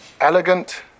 elegant